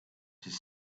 his